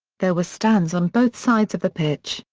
there were stands on both sides of the pitch,